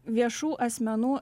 viešų asmenų